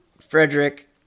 Frederick